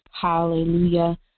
Hallelujah